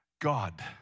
God